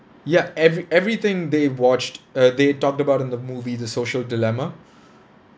ya every everything they watched uh they talked about in the movie the social dilemma